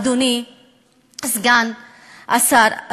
אדוני סגן השר,